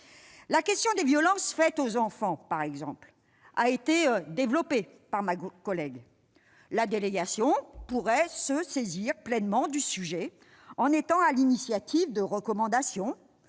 La question des violences faites aux enfants, par exemple, a été développée par ma collègue. Cette délégation aux droits des enfants pourrait se saisir pleinement du sujet en étant à l'initiative de recommandations